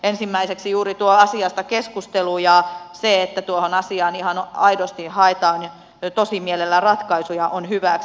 ensimmäiseksi juuri tuo asiasta keskustelu ja se että tuohon asiaan ihan aidosti haetaan tosimielellä ratkaisuja on hyväksi